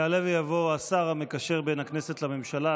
יעלה ויבוא השר המקשר בין הכנסת לממשלה,